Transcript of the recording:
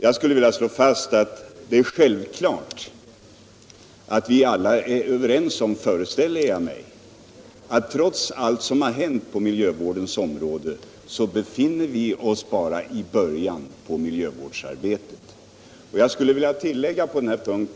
Jag skulle vilja slå fast att det är självklart att vi är överens om att vi, trots allt som har hänt på miljövårdens område, bara befinner oss i början av miljövårdsarbetet.